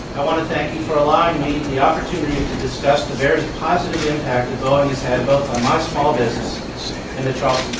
i want to thank you for allowing me the opportunity to discuss the various positive impact that boeing has had both on my small business and the